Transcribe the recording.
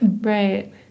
Right